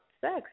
sex